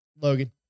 Logan